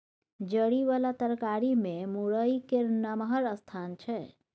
जरि बला तरकारी मे मूरइ केर नमहर स्थान छै